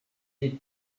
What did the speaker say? did